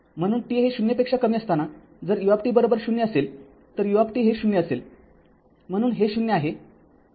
म्हणून t हे ० पेक्षा कमी असताना जर u० असेल तर u हे ० असेल म्हणून हे ० आहे